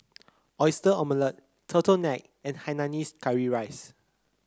Oyster Omelette turtle nine and Hainanese Curry Rice